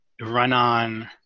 run-on